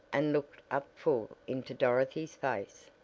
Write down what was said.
and looked up full into dorothy's face.